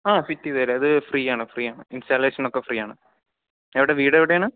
ആ ഫിറ്റ് ചെയ്തു തരാം അത് ഫ്രീയാണ് ഫ്രീയാണ് ഇൻസ്റ്റാളേഷനൊക്കെ ഫ്രീയാണ് എവിടെയാ വീടെവിടെയാണ്